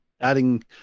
Adding